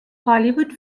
hollywood